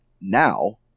now